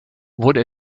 wurde